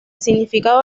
significado